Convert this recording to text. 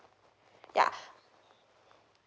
ya